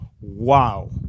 wow